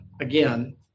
again